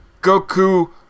Goku